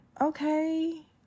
okay